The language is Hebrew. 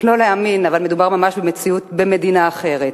לא להאמין, אבל מדובר ממש במדינה אחרת.